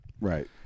Right